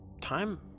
time